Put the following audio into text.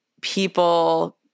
people